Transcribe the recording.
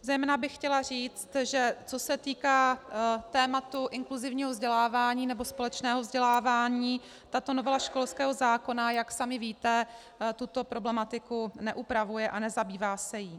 Zejména bych chtěla říct, že co se týká tématu inkluzivního vzdělávání nebo společného vzdělávání, tato novela školského zákona, jak sami víte, tuto problematiku neupravuje a nezabývá se jí.